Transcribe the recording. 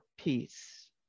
peace